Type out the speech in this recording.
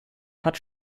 hat